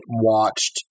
watched –